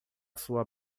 sua